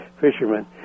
fishermen